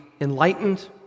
enlightened